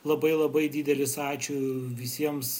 labai labai didelis ačiū visiems